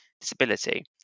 disability